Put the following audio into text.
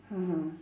(uh huh)